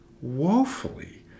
woefully